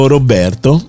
Roberto